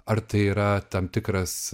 ar tai yra tam tikras